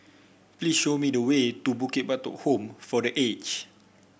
please show me the way to Bukit Batok Home for The Aged